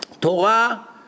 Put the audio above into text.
Torah